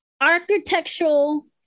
Architectural